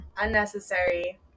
unnecessary